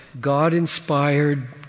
God-inspired